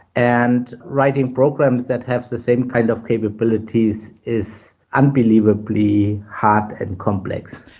and writing programs that have the same kind of capabilities is unbelievably hard and complex.